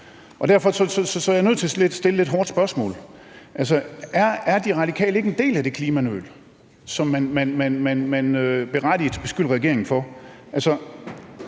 Derfor er jeg nødt til at stille sådan et lidt hårdt spørgsmål: Er De Radikale ikke en del af det klimanøl, som man berettiget beskylder regeringen for?